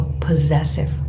possessive